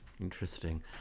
Interesting